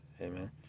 Amen